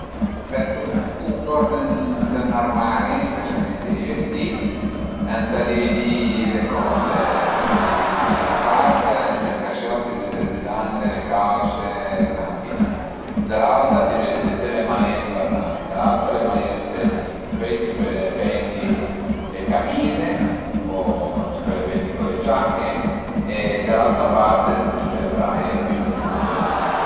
Për büté ën ordin ün armari, specialment di vestì, ëntà dividi le coze, per ezempi tüte da 'na part, ënt ün casiot büte le müdande, le cause, le canotiere, da l'auta ti büte tüte le maie invernai, da l'auta le maiëtte estive, pöi ti pöle pendi le camize o ti pöle pendi co le giache e da l'auta part ti büte le braie bin pendüe